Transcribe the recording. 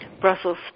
Brussels